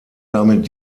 damit